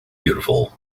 beautiful